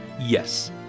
Yes